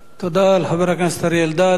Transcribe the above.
תודה לחבר הכנסת אריה אלדד.